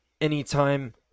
Anytime